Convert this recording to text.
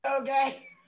Okay